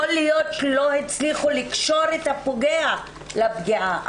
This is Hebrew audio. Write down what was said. יכול להיות שלא הצליחו לקשור את הפוגע לפגיעה,